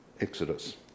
Exodus